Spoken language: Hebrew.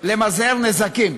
למזער נזקים,